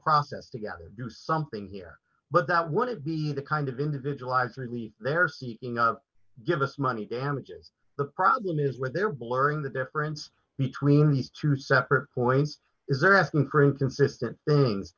process together to do something here but that would be the kind of individualized we they're speaking of give us money damages the problem is where there blurring the difference between these two separate points is they're asking for inconsistent things